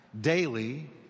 daily